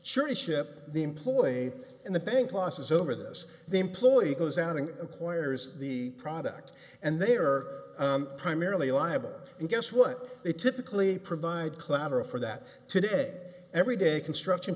surely ship the employee in the bank losses over this the employee goes out and employers the product and they are primarily liable and guess what they typically provide clatter of for that today every day construction